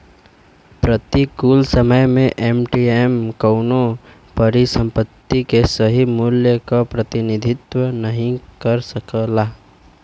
प्रतिकूल समय में एम.टी.एम कउनो परिसंपत्ति के सही मूल्य क प्रतिनिधित्व नाहीं कर सकला